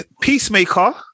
Peacemaker